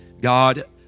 god